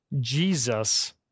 Jesus